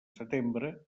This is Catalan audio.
setembre